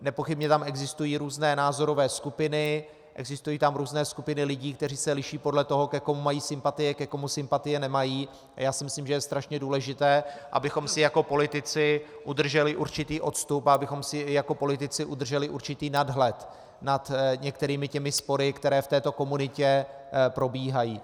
Nepochybně tam existují různé názorové skupiny, existují tam různé skupiny lidí, kteří se liší podle toho, ke komu mají sympatie, ke komu sympatie nemají, a já si myslím, že je strašně důležité, abychom si jako politici udrželi určitý odstup a abychom si i jako politici udrželi určitý nadhled nad některými těmi spory, které v této komunitě probíhají.